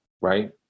Right